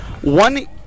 One